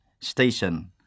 station